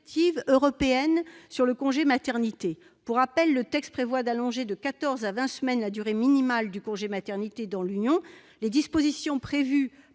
européenne sur le congé maternité. Pour rappel, le texte prévoit d'allonger de quatorze à vingt semaines la durée minimale du congé maternité dans l'Union européenne. Les dispositions prévues par